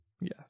yes